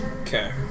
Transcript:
Okay